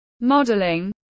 Modeling